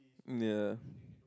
ya